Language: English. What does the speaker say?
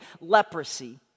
leprosy